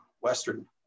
Western